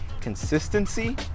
Consistency